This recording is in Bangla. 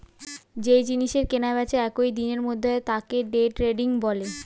যেই জিনিসের কেনা বেচা একই দিনের মধ্যে হয় তাকে ডে ট্রেডিং বলে